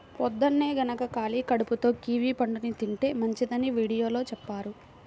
పొద్దన్నే గనక ఖాళీ కడుపుతో కివీ పండుని తింటే మంచిదని వీడియోలో చెప్పారు